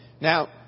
Now